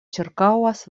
ĉirkaŭas